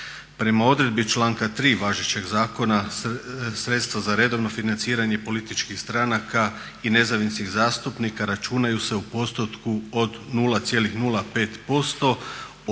Prema odredbi članka 3. važećeg zakona sredstva za redovno financiranje političkih stranaka i nezavisnih zastupnika računaju se u postotku od 0,05% od